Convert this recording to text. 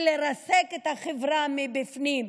ולרסק את החברה מבפנים.